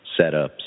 setups